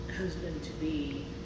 husband-to-be